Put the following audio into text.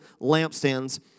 lampstands